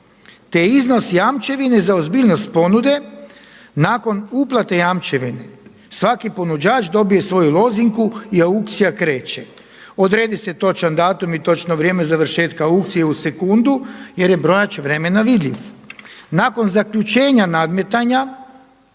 te iznos jamčevine za ozbiljnost ponude nakon uplate jamčevine. Nakon uplate jamčevine svaki ponuđač dobije svoju lozinku i aukcija kreće. Odredi se točan datum i točno vrijeme završetka aukcije u sekundu jer je brojač vremena vidljiv. Nakon zaključenja nadmetanja